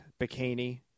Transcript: bikini